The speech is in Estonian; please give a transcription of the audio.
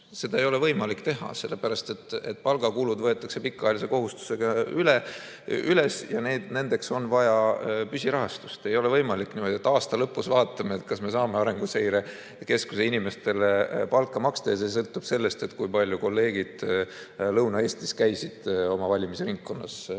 Seda ei ole võimalik teha, sellepärast et palgakulud on pikaajalise kohustusena kirjas ja nendeks on vaja püsirahastust. Ei ole võimalik niimoodi, et aasta lõpus vaatame, kas me saame Arenguseire Keskuse inimestele palka maksta, ja see sõltub sellest, kui palju kolleegid Lõuna-Eestist käisid oma valimisringkonnas vabal